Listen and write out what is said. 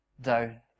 down